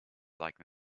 like